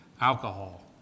alcohol